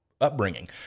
upbringing